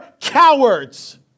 cowards